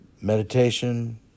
Meditation